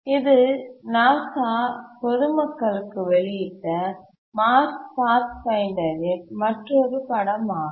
இது நாசா பொதுமக்களுக்கு வெளியிட்ட மார்ச்பாத்ஃபைண்டர் ரின் மற்றொரு படம் ஆகும்